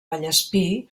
vallespir